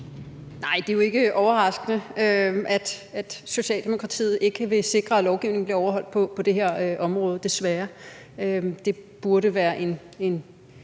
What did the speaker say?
Nej, det er jo ikke overraskende, at Socialdemokratiet ikke vil sikre, at lovgivningen bliver overholdt på det her område – desværre. Det burde være